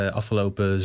afgelopen